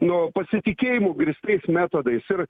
nu pasitikėjimu grįstais metodais ir